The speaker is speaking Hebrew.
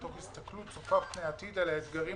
מתוך הסתכלות צופה פני עתיד על האתגרים